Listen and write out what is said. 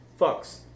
fucks